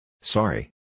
Sorry